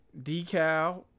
decal